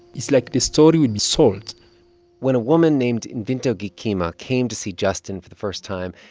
it's like the story would be sold when a woman named nvinto ngikima came to see justin for the first time,